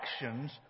actions